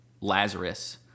Lazarus